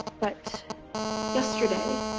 but yesterday,